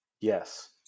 Yes